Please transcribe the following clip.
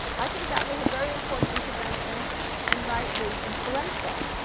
i think that was a very important intervention and rightly influential.